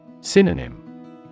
Synonym